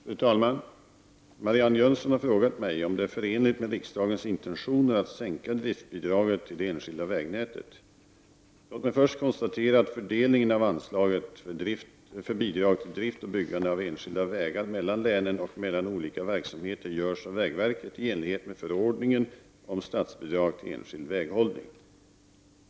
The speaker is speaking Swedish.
Fru talman! Marianne Jönsson har frågat mig om det är förenligt med riksdagens intentioner att sänka driftsbidraget till det enskilda vägnätet. Låt mig först konstatera att fördelningen av anslaget för bidrag till drift och byggande av enskilda vägar mellan länen och mellan olika verksamheter görs av vägverket i enlighet med förordningen om statsbidrag till enskild väghållning.